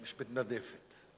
יש "מתנדפת".